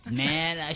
man